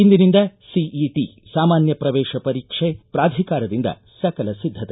ಇಂದಿನಿಂದ ಸಿಇಟಿ ಸಾಮಾನ್ಯ ಪ್ರವೇಶ ಪರೀಕ್ಷೆ ಪ್ರಾಧಿಕಾರದಿಂದ ಸಕಲ ಸಿದ್ಧತೆ